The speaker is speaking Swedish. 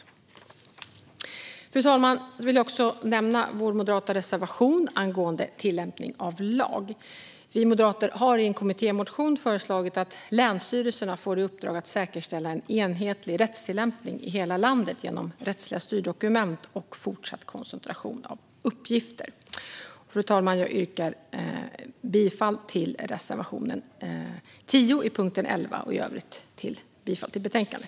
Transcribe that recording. Fru talman! Jag vill nämna vår moderata reservation angående tillämpning av lag. Vi moderater har i en kommittémotion föreslagit att länsstyrelserna ska få i uppdrag att säkerställa en enhetlig rättstillämpning i hela landet genom rättsliga styrdokument och fortsatt koncentration av uppgifter. Fru talman! Jag yrkar bifall till reservation 10 under punkt 11 och till utskottets förslag i övrigt.